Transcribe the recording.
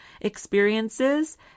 experiences